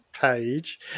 page